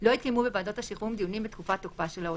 לא יתקיימו בוועדות השחרורים דיונים בתקופת תוקפה של ההודעה.